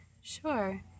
Sure